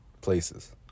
places